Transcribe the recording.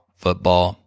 football